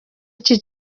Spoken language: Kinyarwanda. iki